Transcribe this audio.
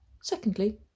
Secondly